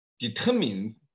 determines